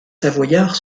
savoyard